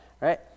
right